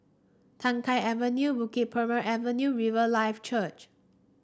Tai Keng Avenue Bukit Purmei Avenue Riverlife Church